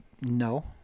no